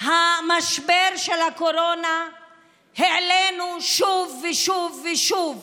משבר הקורונה העלינו שוב ושוב ושוב,